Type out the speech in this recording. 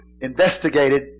investigated